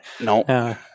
No